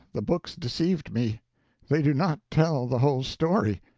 the books deceived me they do not tell the whole story.